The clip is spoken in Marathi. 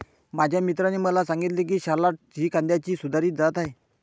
माझ्या मित्राने मला सांगितले की शालॉट्स ही कांद्याची सुधारित जात आहे